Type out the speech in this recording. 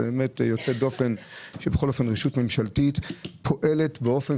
זה באמת יוצא דופן שרשות ממשלתית פועלת באופן